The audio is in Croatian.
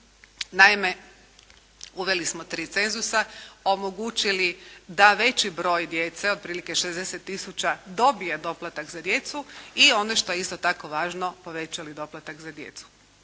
Naime, uveli smo tri cenzusa, omogućili da veći broj djece otprilike 60 tisuća dobije doplatak za djecu i ono što je isto tako važno povećali doplatak za djecu.